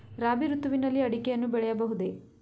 ರಾಬಿ ಋತುವಿನಲ್ಲಿ ಅಡಿಕೆಯನ್ನು ಬೆಳೆಯಬಹುದೇ?